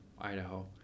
Idaho